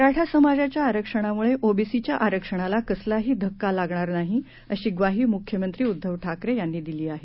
मराठा समाजाच्या आरक्षणामुळे ओबीसीच्या आरक्षणाला कसलाही धक्का लागणार नाही अशी ग्वाही मुख्यमंत्री उद्धव ठाकरे यांनी दिली आहे